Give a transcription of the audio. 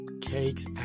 Cakes